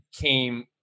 came